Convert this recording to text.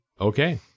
Okay